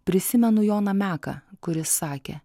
prisimenu joną meką kuris sakė